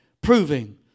Proving